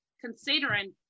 considering